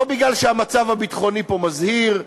לא מפני שהמצב הביטחוני פה מזהיר,